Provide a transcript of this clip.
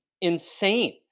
Insane